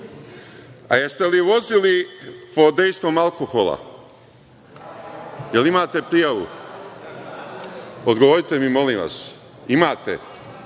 li ste vozili pod dejstvom alkohola? Da li imate prijavu? Odgovorite mi, molim vas. Imate?